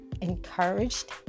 encouraged